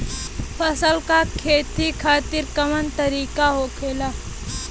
फसल का खेती खातिर कवन तरीका होखेला?